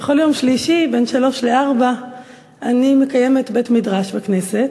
בכל יום שלישי בין 15:00 ל-16:00 אני מקיימת בית-מדרש בכנסת.